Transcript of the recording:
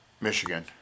Michigan